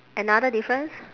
another difference